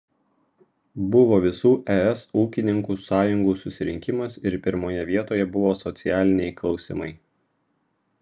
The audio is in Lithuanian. buvo visų es ūkininkų sąjungų susirinkimas ir pirmoje vietoje buvo socialiniai klausimai